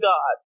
God